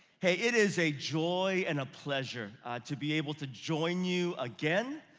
hey, it is a joy and a pleasure to be able to join you again,